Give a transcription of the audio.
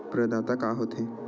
प्रदाता का हो थे?